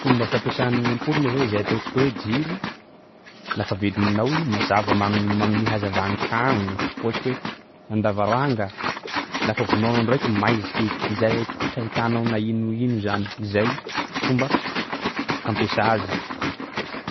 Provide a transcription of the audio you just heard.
Fomba fampiasa gny ampoly moa zay, zay ataontsika hoe jiro, lafa velominao i mazava magn- magnome hazava gny tsagno ohatsy hoe an-davaranga. Lafa vonoanao ndraiky maiziky izay tsy ahitanao na ino ino zany, zay fomba fampiasa azy.